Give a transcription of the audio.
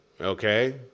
Okay